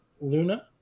Luna